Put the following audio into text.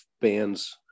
bands